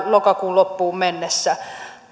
lokakuun loppuun mennessä